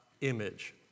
image